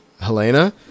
Helena